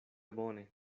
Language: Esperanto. bone